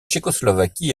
tchécoslovaquie